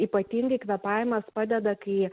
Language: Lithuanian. ypatingai kvėpavimas padeda kai